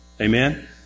Amen